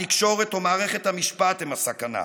התקשורת או מערכת המשפט הם הסכנה,